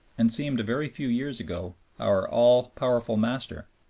and seemed a very few years ago our all-powerful master.